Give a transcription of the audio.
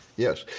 yes.